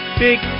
big